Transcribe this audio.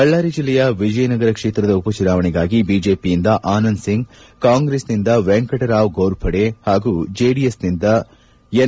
ಬಳ್ಳಾರಿಯ ವಿಜಯನಗರ ಕ್ಷೇತ್ರದ ಉಪ ಚುನಾವಣೆಗಾಗಿ ಬಿಜೆಪಿಯಿಂದ ಆನಂದ್ ಸಿಂಗ್ ಕಾಂಗ್ರೆಸ್ನಿಂದ ವೆಂಕಟರಾವ್ ಫೋರ್ಪಡೆ ಹಾಗೂ ಜೆಡಿಎಸ್ ನಿಂದ ಎನ್